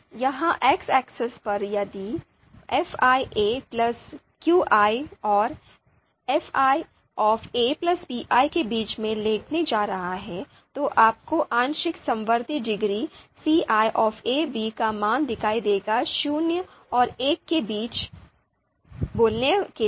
यहाँX axis पर यदि fi qi और fi pi के बीच में लेटने जा रहा है तो आपको आंशिक समवर्ती डिग्री ci a b का मान दिखाई देगा शून्य और एक के बीच बोलने के लिए